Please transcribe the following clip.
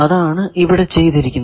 അതാണ് ഇവിടെ ചെയ്തിരിക്കുന്നത്